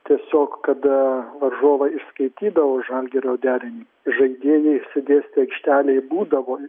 tiesiog kada varžovai išskaitydavo žalgirio derinį žaidėjai išsidėstę aikštelėj būdavo